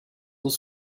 will